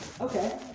Okay